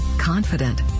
confident